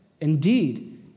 indeed